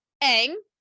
Ang